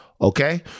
Okay